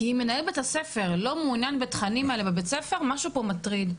כי אם מנהל בית הספר לא מעוניין בתכנים האלה בבית הספר משהו פה מטריד,